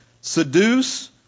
seduce